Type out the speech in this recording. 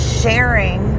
sharing